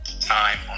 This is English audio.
time